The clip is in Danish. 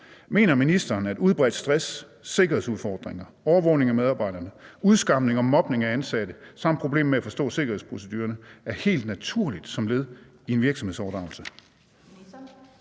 Mener ministeren, at udbredt stress, sikkerhedsudfordringer, overvågning af medarbejderne, udskamning og mobning af ansatte samt problemer med at forstå sikkerhedsprocedurerne er »helt naturligt« som led i en virksomhedsoverdragelse?